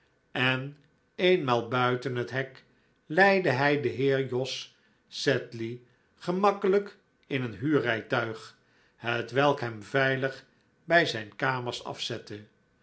en eenmaal buiten het hek leidde hij den heer jos sedley gemakkelijk in een huurrijtuig hetwelk hem veilig bij zijn kamers afzette